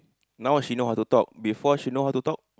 now she know how to talk before she know how to talk